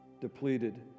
depleted